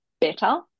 better